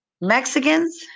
Mexicans